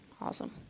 awesome